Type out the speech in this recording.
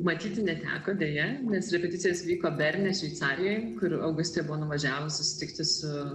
matyti neteko deja nes repeticijos vyko berne šveicarijoj kur augustė buvo nuvažiavus susitikti su